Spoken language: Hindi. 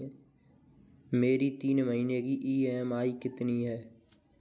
मेरी तीन महीने की ईएमआई कितनी है?